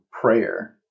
prayer